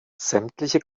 sämtliche